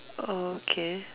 oh okay